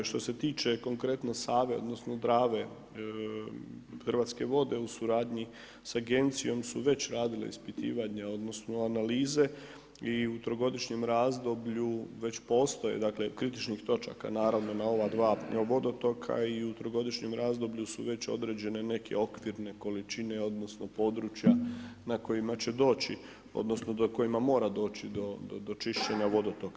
Što se tiče konkretno Save odnosno Drave, Hrvatske vode u suradnji sa Agencijom su već radile ispitivanja odnosno analize i u trogodišnjem razdoblju već postoje, dakle, kritičnih točaka, naravno, na ova dva vodotoka i u trogodišnjem razdoblju su već određene neke okvirne količine odnosno područja na kojima će doći odnosno na kojima mora doći do čišćenja vodotoka.